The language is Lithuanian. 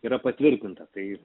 yra patvirtinta taip